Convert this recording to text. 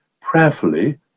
prayerfully